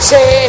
Say